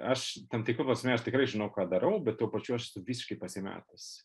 aš tam tikra prasme aš tikrai žinau ką darau bet tuo pačiu esu visiškai pasimetęs